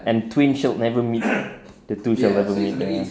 and twins shall never meet the two shall never meet ya